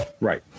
Right